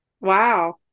Wow